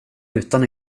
utan